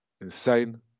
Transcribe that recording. insane